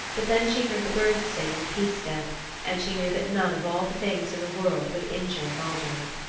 but then she heard the birds sing in the peace stead and she knew that none of all the things in the world would injure baldur.